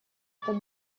этот